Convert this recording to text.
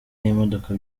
n’imodoka